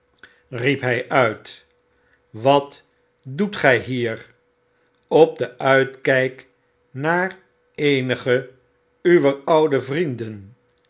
riep hg uit wat doet gy hier op den uitkp naar eenige uwer oude vrienden